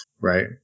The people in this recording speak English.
right